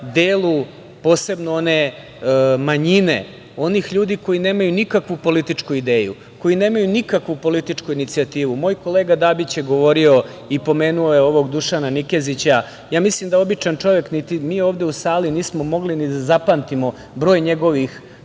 delu posebno one manjine, onih ljudi koji nemaju nikakvu političku ideju, koji nemaju nikakvu političku inicijativu. Moj kolega Dabić je govorio i pomenuo je ovog Dušana Nikezića. Mislim da običan čovek, niti mi ovde u sali nismo mogli da zapamtimo broj njegovih